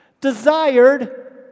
desired